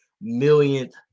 millionth